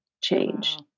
change